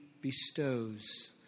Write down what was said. bestows